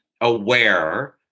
aware